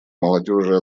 молодежи